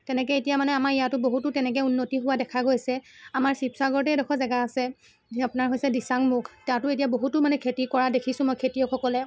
তেনেকৈ এতিয়া মানে আমাৰ ইয়াতো বহুতো তেনেকৈ উন্নতি হোৱা দেখা গৈছে আমাৰ শিৱসাগৰতে এডখৰ জেগা আছে যি আপোনাৰ হৈছে দিচাংমুখ তাতো এতিয়া বহুতো মানে খেতি কৰা দেখিছো মই খেতিয়কসকলে